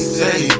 say